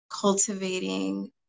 cultivating